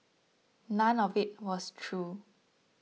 none of it was true